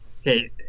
Okay